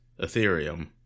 Ethereum